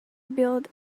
build